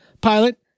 pilot